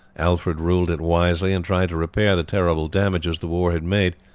alfred ruled it wisely, and tried to repair the terrible damages the war had made.